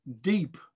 deep